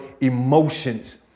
emotions